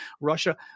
Russia